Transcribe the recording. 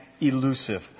elusive